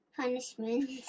punishment